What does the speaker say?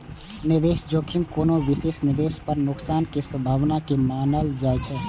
निवेश जोखिम कोनो विशेष निवेश पर नुकसान के संभावना के मानल जाइ छै